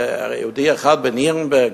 יהודי אחד בנירנברג,